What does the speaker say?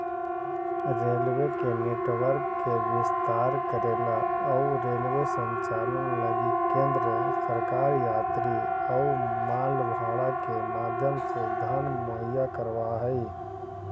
railway के network के विस्तार करेला अउ रेलवे संचालन लगी केंद्र सरकार यात्री अउ माल भाड़ा के माध्यम से धन मुहैया कराव हई